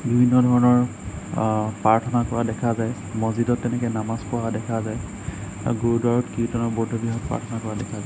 বিভিন্ন ধৰণৰ প্ৰাৰ্থনা কৰা দেখা যায় মছজিদত তেনেকে নামাজ পঢ়া দেখা যায় আৰু গুৰুদ্বাৰত কীৰ্তনৰ বহুত ধুনীয়া প্ৰাৰ্থনা কৰা দেখা যায়